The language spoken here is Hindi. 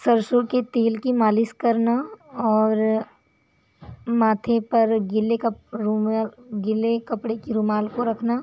सरसों के तेल की मालिश करना और माथे पर गीले कपड़ों में गीले कपड़े की रुमाल को रखना